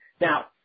Now